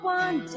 one